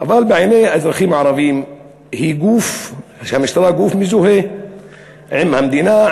בעיני אזרחים ערבים הוא גוף המזוהה עם המדינה,